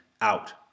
out